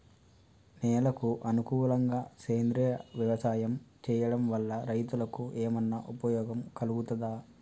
నేలకు అనుకూలంగా సేంద్రీయ వ్యవసాయం చేయడం వల్ల రైతులకు ఏమన్నా ఉపయోగం కలుగుతదా?